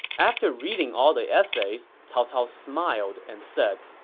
after reading all the essays, cao cao smiled and said,